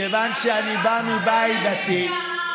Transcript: מכיוון שאני באתי מבית דתי,